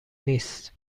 نیست